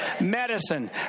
Medicine